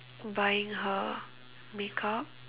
buying her makeup